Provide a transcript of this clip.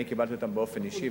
אני קיבלתי אותן באופן אישי,